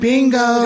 Bingo